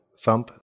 Thump